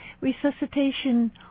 resuscitation